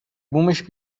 بومش